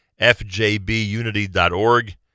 fjbunity.org